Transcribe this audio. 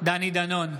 דני דנון,